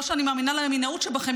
לא שאני מאמינה ל"ימינאות" שבכם,